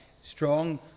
strong